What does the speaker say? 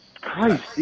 Christ